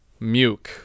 Muke